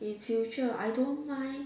in future I don't mind